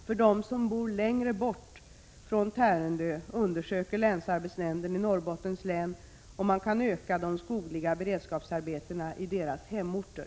För dem som bor längre bort från Tärendö undersöker länsarbetsnämnden i Norrbottens län om man kan öka de skogliga beredskapsarbetena i deras hemorter.